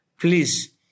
please